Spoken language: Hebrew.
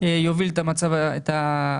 יוביל את הדיון.